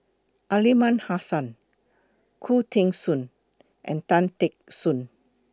Aliman Hassan Khoo Teng Soon and Tan Teck Soon